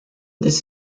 this